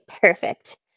perfect